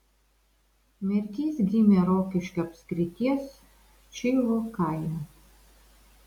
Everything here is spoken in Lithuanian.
merkys gimė rokiškio apskrities čivų kaime